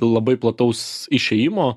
labai plataus išėjimo